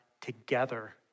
together